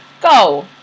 Go